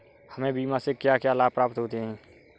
हमें बीमा से क्या क्या लाभ प्राप्त होते हैं?